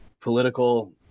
political